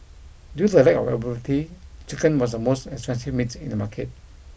due to the lack of availability chicken was the most expensive meat in the market